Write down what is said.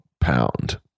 Pound